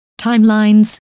timelines